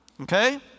Okay